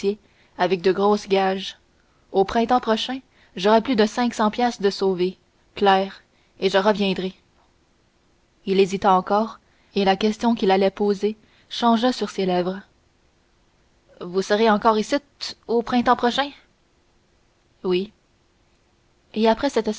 avec de grosses gages au printemps prochain j'aurai plus de cinq cents piastres de sauvées claires et je reviendrai il hésita encore et la question qu'il allait poser changea sur ses lèvres vous serez encore icitte au printemps prochain oui et après cette